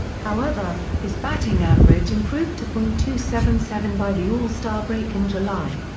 however, his batting average improved to point two seven seven by the all-star break in july.